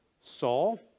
Saul